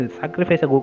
sacrifice